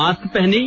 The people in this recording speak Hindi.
मास्क पहनें